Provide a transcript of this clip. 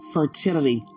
Fertility